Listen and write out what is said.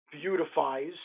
beautifies